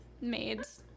maids